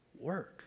work